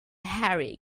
harry